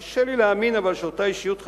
אבל קשה לי להאמין שאותה אישיות חשובה,